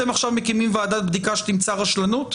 אתם עכשיו מקימים ועדת בדיקה שתמצא רשלנות,